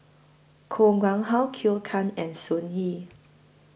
Koh Nguang How Cleo Thang and Sun Yee